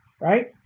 right